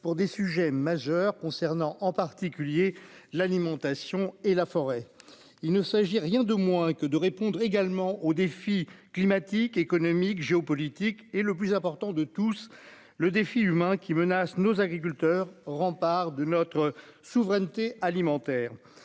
pour des sujets majeurs concernant en particulier l'alimentation et la forêt, il ne s'agit rien de moins que de répondre également aux défis climatiques, économiques, géopolitiques et le plus important de tous, le défi humain qui menace nos agriculteurs rempart de notre souveraineté alimentaire